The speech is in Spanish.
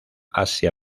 asia